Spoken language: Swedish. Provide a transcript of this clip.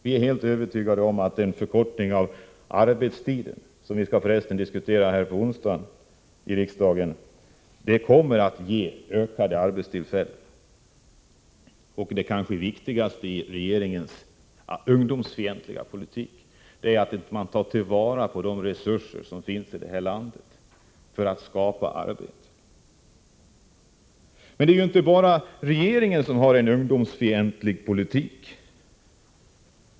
Vi är helt övertygade om att en förkortning av arbetstiden — ett ämne som vi förresten skall diskutera i riksdagen på onsdag —- kommer att ge flera arbetstillfällen. Det kanske viktigaste inslaget i regeringens ungdomsfientliga politik är att man inte tar till vara de resurser som finns i det här landet för att skapa arbete. Det är inte bara regeringen som har en ungdomsfientlig politik.